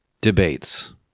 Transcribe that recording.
debates